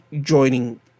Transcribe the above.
joining